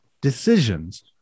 decisions